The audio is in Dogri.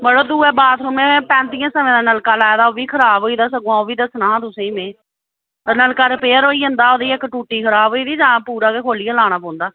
मड़ो दुए बाथरूमें पैंतियें सवें दा नलका लाए दा ओह बी खराब होई गेदा सगुआं ओह बी दस्सना हा तुसें में ते नलका रिपेयर होई जंदा ओह्दी इक टूटी खराब होई गेदी तां पूरा गै खोलियै लाना पौंदा